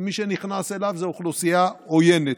ומי שנכנס אליו זו אוכלוסייה עוינת,